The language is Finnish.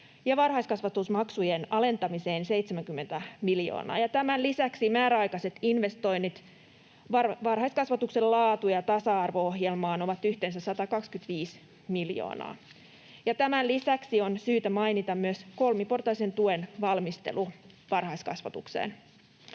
varhaiskasvatusmaksujen alentamiseen 70 miljoonaa, ja tämän lisäksi määräaikaiset investoinnit varhaiskasvatuksen laatu- ja tasa-arvo-ohjelmaan ovat yhteensä 125 miljoonaa. Ja tämän lisäksi on syytä mainita myös kolmiportaisen tuen valmistelu varhaiskasvatukseen.